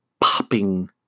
popping